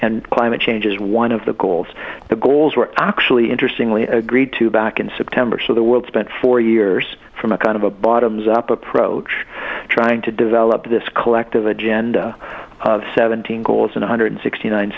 and climate change is one of the goals the goals we're actually interestingly agreed to back in september so the world spent four years from a kind of a bottoms up approach trying to develop this collective agenda of seventeen goals and a hundred sixty nine